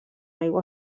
aigua